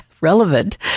relevant